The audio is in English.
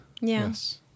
Yes